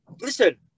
listen